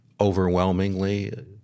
Overwhelmingly